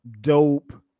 dope